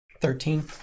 Thirteen